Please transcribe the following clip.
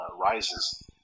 rises